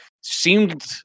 seemed